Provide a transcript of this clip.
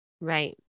Right